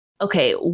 okay